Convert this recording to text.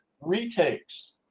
retakes